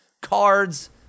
Cards